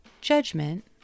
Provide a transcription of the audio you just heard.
Judgment